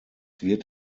wird